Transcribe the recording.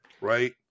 right